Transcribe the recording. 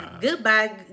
Goodbye